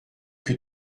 que